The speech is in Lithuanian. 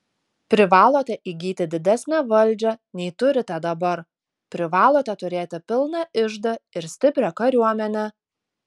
privalote įgyti didesnę valdžią nei turite dabar privalote turėti pilną iždą ir stiprią kariuomenę